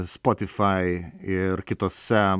spotifai ir kitose